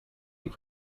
eat